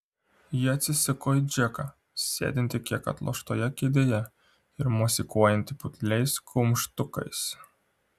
ji atsisuko į džeką sėdintį kiek atloštoje kėdėje ir mosikuojantį putliais kumštukais